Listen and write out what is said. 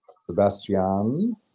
Sebastian